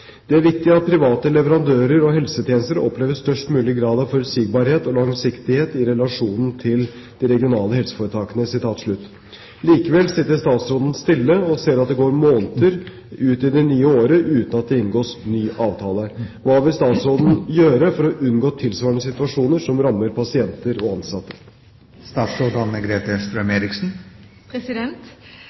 er viktig at private leverandører av helsetjenester opplever størst mulig grad av forutsigbarhet og langsiktighet i relasjonen til det regionale helseforetaket.» Likevel sitter statsråden stille og ser at det går måneder ut i det nye året uten at det inngås ny avtale. Hva vil statsråden gjøre for å unngå tilsvarende situasjoner som rammer pasienter og ansatte?»